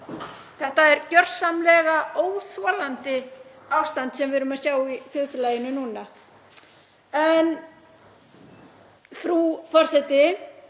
Þetta er gjörsamlega óþolandi ástand sem við erum að sjá í þjóðfélaginu núna. Frú forseti.